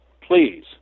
please